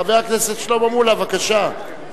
של חבר הכנסת שלמה מולה וחברי כנסת